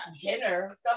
dinner